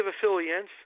affiliates